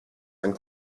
and